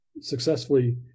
successfully